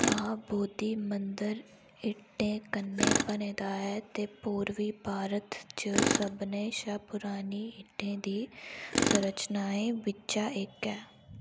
महाबोधी मंदर इट्टें कन्नै बने दा ऐ ते पूर्वी भारत च सभनें शा पुरानी इट्टें दी संरचनाएं बिच्चा इक ऐ